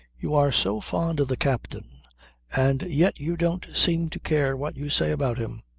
you are so fond of the captain and yet you don't seem to care what you say about him.